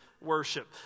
worship